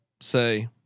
say